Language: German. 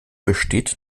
besteht